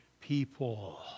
people